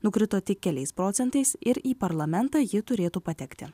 nukrito tik keliais procentais ir į parlamentą ji turėtų patekti